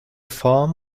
form